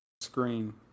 screen